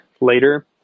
later